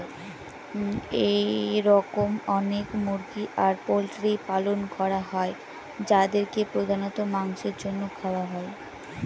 এরকম অনেক মুরগি আর পোল্ট্রির পালন করা হয় যাদেরকে প্রধানত মাংসের জন্য খাওয়া হয়